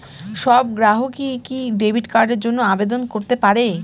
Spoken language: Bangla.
সব গ্রাহকই কি ডেবিট কার্ডের জন্য আবেদন করতে পারে?